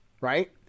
Right